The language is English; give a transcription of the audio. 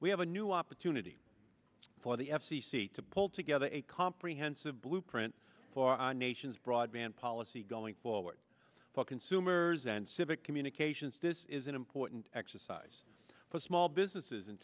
we have a new opportunity for the f c c to pull together a comprehensive blueprint for our nation's broadband policy going forward for consumers and civic communications this is an important exercise for small businesses